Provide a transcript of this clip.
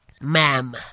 ma'am